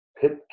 pit